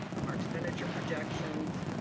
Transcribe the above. um our expenditure projections,